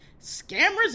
scammers